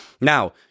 Now